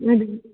हजुर